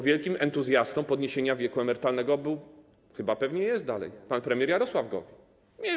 Wielkim entuzjastą podniesienia wieku emerytalnego był - chyba pewnie jest dalej - pan premier Jarosław Gowin.